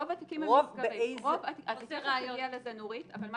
רוב התיקים הנסגרים --- תיכף תגיע לזה נורית אבל מה